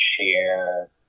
share